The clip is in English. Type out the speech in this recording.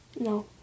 No